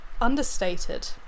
understated